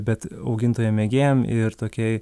bet augintojam mėgėjam ir tokiai